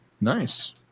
Nice